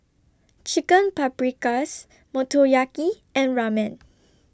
Chicken Paprikas Motoyaki and Ramen